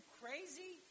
crazy